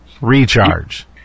recharge